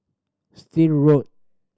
Still Road